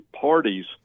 parties